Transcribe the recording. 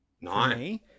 nine